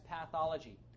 pathology